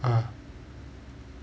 ah